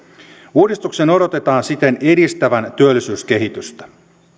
uudistuksen odotetaan siten edistävän työllisyyskehitystä